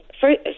first